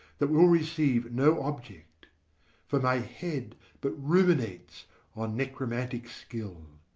that will receive no object for my head but ruminates on necromantic skill.